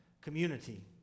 community